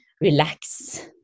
relax